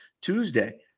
Tuesday